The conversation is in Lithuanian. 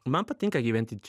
man patinka gyventi čia